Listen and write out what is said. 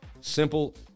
Simple